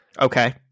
okay